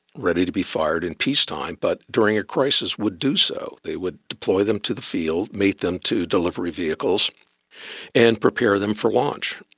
ready to be fired in peace time, but during a crisis would do so, they would deploy them to the field, mate them to delivery vehicles and prepare them for launch.